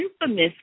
infamous